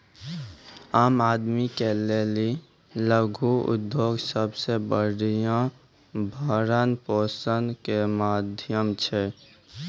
आम आदमी के लेली लघु उद्योग सबसे बढ़िया भरण पोषण के माध्यम छै